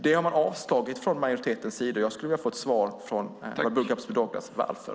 Det har man från majoritetens sida avstyrkt, och jag skulle från Walburga Habsburg Douglas få veta varför.